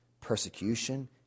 persecution